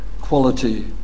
quality